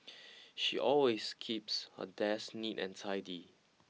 she always keeps her desk neat and tidy